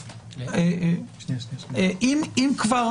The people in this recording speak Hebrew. אם כבר